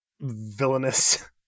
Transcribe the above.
villainous